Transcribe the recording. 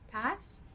Pass